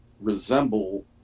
resemble